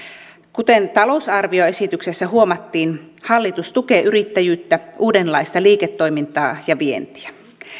kuten talousarvioesityksessä huomattiin hallitus tukee yrittäjyyttä uudenlaista liiketoimintaa ja vientiä